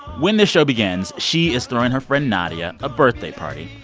when the show begins, she is throwing her friend nadia a birthday party.